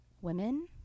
women